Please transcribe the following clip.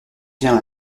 bien